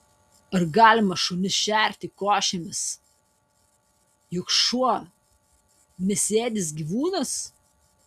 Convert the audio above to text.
ar galima šunis šerti košėmis juk šuo mėsėdis gyvūnas